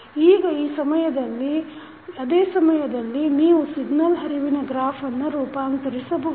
ಈಗ ಅದೇ ಸಮಯದಲ್ಲಿ ನೀವು ಸಿಗ್ನಲ್ ಹರಿವಿನ ಗ್ರಾಫ್ ಅನ್ನು ರೂಪಾಂತರಿಸಬಹುದು